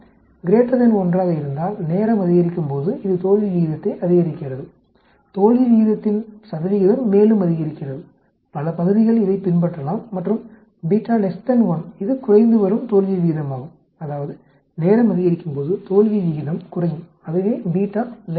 1 ஆக இருந்தால் நேரம் அதிகரிக்கும் போது இது தோல்வி விகிதத்தை அதிகரிக்கிறது தோல்வி விகிதத்தின் மேலும் அதிகரிக்கிறது பல பகுதிகள் இதைப் பின்பற்றலாம் மற்றும் 1 இது குறைந்து வரும் தோல்வி விகிதமாகும் அதாவது நேரம் அதிகரிக்கும்போது தோல்வி விகிதம் குறையும் அதுவே 1